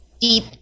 deep